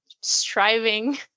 striving